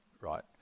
right